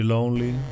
Lonely